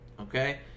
okay